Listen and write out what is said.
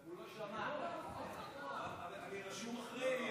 אני רשום אחרי,